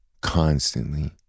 constantly